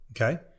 Okay